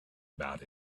about